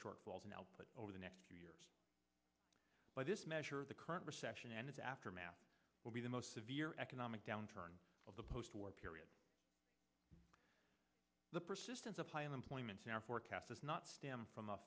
shortfalls now but over the next two years by this measure the current recession and its aftermath will be the most severe economic downturn of the post war period the persistence of high unemployment in our forecast does not stem from